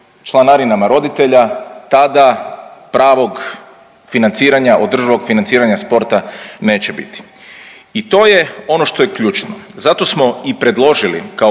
članarinama roditelja, tada pravog financiranja, održivog financiranja sporta neće biti i to je ono što je ključno. Zato smo i predložili kao